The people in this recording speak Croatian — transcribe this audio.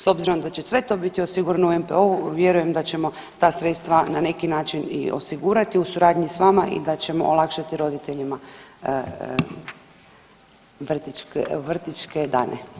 S obzirom da će sve to biti osigurano u NPOO-u vjerujem da ćemo ta sredstva na neki način i osigurati u suradnji s vama i da ćemo olakšati roditeljima vrtićke dane.